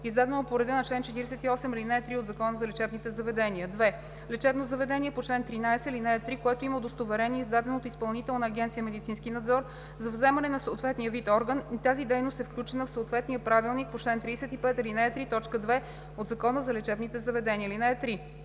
издадено по реда на чл. 48, ал. 3 от Закона за лечебните заведения; 2. лечебно заведение по чл. 13, ал. 3, което има удостоверение, издадено от Изпълнителна агенция „Медицински надзор“ за вземане на съответния вид орган и тази дейност е включена в съответния правилник по чл. 35, ал. 3, т. 2 от Закона за лечебните заведения.